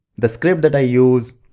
the script that i use,